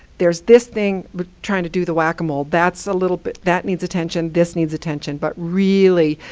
there's this thing trying to do the whack-a-mole that's a little bit that needs attention, this needs attention. but really,